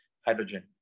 hydrogen